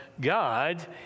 God